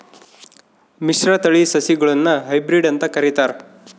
ಮಿಶ್ರತಳಿ ಸಸಿಗುಳ್ನ ಹೈಬ್ರಿಡ್ ಅಂತ ಕರಿತಾರ